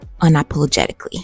unapologetically